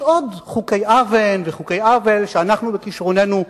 יש עוד חוקי אוון וחוקי עוול שאנחנו, בכשרוננו,